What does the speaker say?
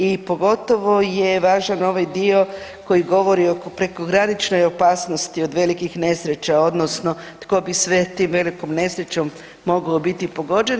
I pogotovo je važan ovaj dio koji govori o prekograničnoj opasnosti od velikih nesreća odnosno tko bi sve tom velikom nesrećom mogao biti pogođen.